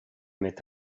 m’est